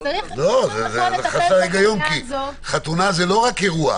זה חסר היגיון כי חתונה זה לא רק אירוע.